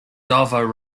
dover